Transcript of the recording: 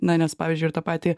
na nes pavyzdžiui ir tą patį